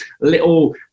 little